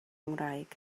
ngwraig